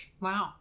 Wow